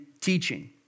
teaching